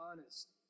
honest